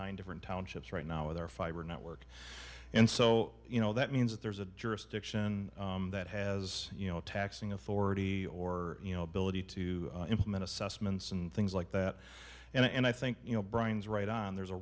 nine different townships right now with our fiber network and so you know that means that there's a jurisdiction that has you know taxing authority or you know ability to implement assessments and things like that and i think you know brian's right on there's a